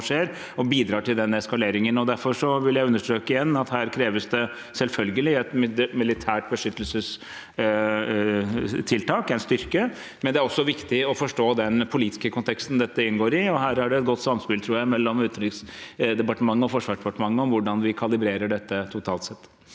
som bidrar til eskaleringen. Derfor vil jeg understreke igjen at det her selvfølgelig kreves et militært beskyttelsestiltak – en styrke. Men det er også viktig å forstå den politiske konteksten dette inngår i, og her tror jeg det er et godt samspill mellom Utenriksdepartementet og Forsvarsdepartementet om hvordan vi kalibrerer dette totalt sett.